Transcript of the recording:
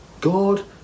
God